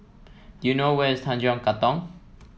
you know where is Tanjong Katong